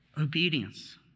Obedience